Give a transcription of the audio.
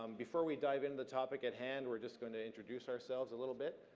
um before we dive into the topic at hand, we're just gonna introduce ourselves a little bit.